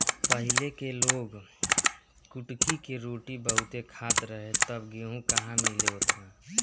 पहिले के लोग कुटकी के रोटी बहुते खात रहे तब गेहूं कहां मिले ओतना